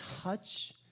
touch